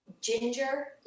Ginger